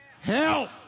Help